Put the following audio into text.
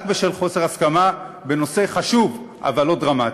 רק בשל חוסר הסכמה בנושא חשוב אבל לא דרמטי.